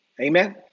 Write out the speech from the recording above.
Amen